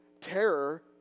terror